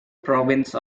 province